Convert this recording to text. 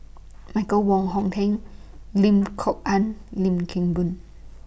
Michael Wong Hong Teng Lim Kok Ann Lim Kim Boon